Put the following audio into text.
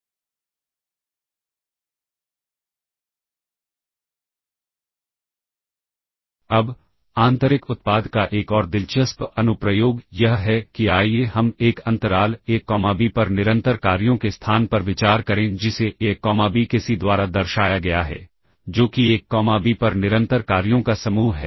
अब आंतरिक उत्पाद का एक और दिलचस्प अनुप्रयोग यह है कि आइए हम एक अंतराल ए कॉमा बी पर निरंतर कार्यों के स्थान पर विचार करें जिसे ए कॉमा बी के सी द्वारा दर्शाया गया है जो कि एक कॉमा बी पर निरंतर कार्यों का समूह है